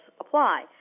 apply